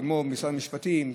כמו משרד המשפטים,